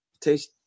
taste